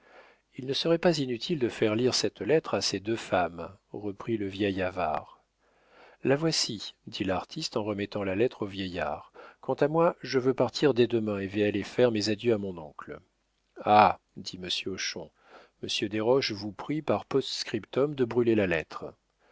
il ne serait pas inutile de faire lire cette lettre à ces deux femmes reprit le vieil avare la voici dit l'artiste en remettant la lettre au vieillard quant à moi je veux partir dès demain et vais aller faire mes adieux à mon oncle ah dit monsieur hochon monsieur desroches vous prie par post-scriptum de brûler la lettre